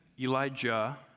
Elijah